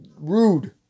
rude